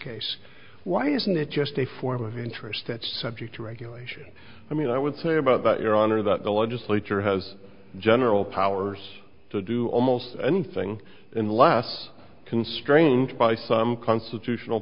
case why isn't it just a form of interest that's subject to regulation i mean i would say about that your honor that the legislature has general powers to do almost anything unless constrained by some constitutional